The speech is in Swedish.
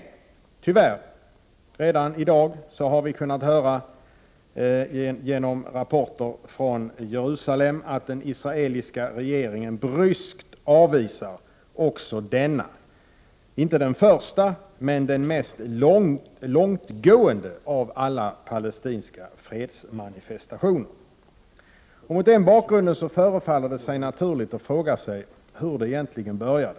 Men redan i dag har vi genom rapporter från Jerusalem tyvärr kunnat höra att den israeliska regeringen bryskt avvisar också denna palestinska fredsmanifestation, som inte är den första men den mest långtgående av dem alla. Mot den bakgrunden förefaller det naturligt att fråga sig hur det hela egentligen började.